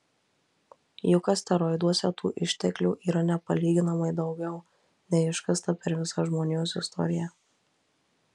juk asteroiduose tų išteklių yra nepalyginamai daugiau nei iškasta per visą žmonijos istoriją